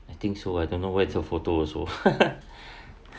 I think so I don't know where is photos also